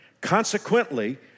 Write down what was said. Consequently